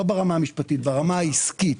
לא ברמה המשפטית אלא ברמה העסקית,